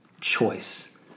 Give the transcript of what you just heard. choice